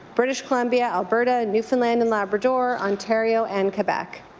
british columbia, alberta, newfoundland and labrador, ontario and quebec.